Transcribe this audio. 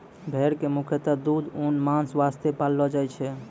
भेड़ कॅ मुख्यतः दूध, ऊन, मांस वास्तॅ पाललो जाय छै